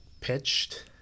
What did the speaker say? pitched